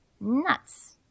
nuts